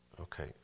Okay